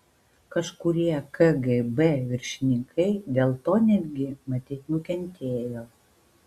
kažkurie kgb viršininkai dėl to netgi matyt nukentėjo